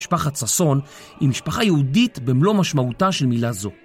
משפחת ששון היא משפחה יהודית במלוא משמעותה של מילה זו.